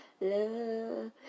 Love